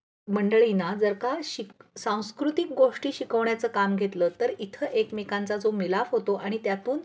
मंडळीना जर का शिक सांस्कृतिक गोष्टी शिकवण्याचं काम घेतलं तर इथं एकमेकांचा जो मिलाफ होतो आणि त्यातून